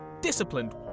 disciplined